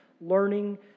learning